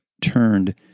turned